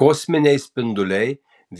kosminiai spinduliai